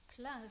plus